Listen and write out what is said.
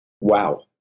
wow